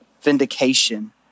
vindication